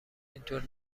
اینطور